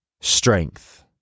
Strength